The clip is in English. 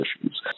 issues